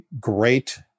great